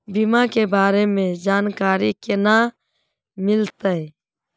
बीमा के बारे में जानकारी केना मिलते?